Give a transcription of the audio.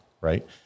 right